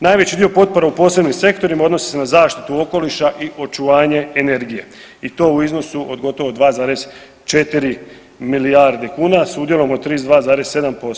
Najveći dio potpora u posebnim sektorima odnosi se na zaštitu okoliša i očuvanje energije i to u iznosu od gotovo 2,4 milijarde kuna s udjelom od 32,7%